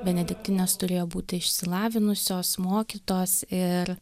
benediktinės turėjo būti išsilavinusios mokytos ir